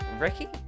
Ricky